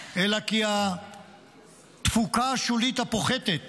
אלא כי התפוקה השולית הפוחתת